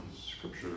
scripture